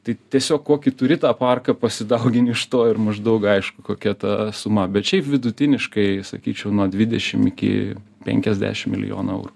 tai tiesiog kokį turi tą parką pasidaugini iš to ir maždaug aišku kokia ta suma bet šiaip vidutiniškai sakyčiau nuo dvidešim iki penkiasdešim milijonų eurų